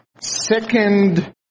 second